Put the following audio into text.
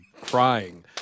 crying